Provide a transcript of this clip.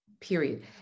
period